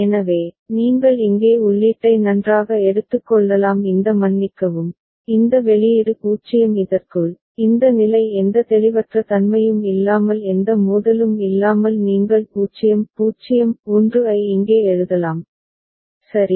எனவே நீங்கள் இங்கே உள்ளீட்டை நன்றாக எடுத்துக்கொள்ளலாம் இந்த மன்னிக்கவும் இந்த வெளியீடு 0 இதற்குள் இந்த நிலை எந்த தெளிவற்ற தன்மையும் இல்லாமல் எந்த மோதலும் இல்லாமல் நீங்கள் 0 0 1 ஐ இங்கே எழுதலாம் சரி